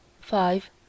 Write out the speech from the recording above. five